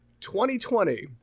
2020